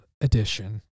edition